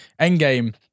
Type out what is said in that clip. Endgame